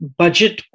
budget